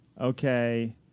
Okay